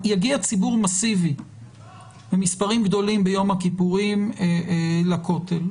יגיע ציבור מסיבי ובמספרים גדולים ביום הכיפורים לכותל.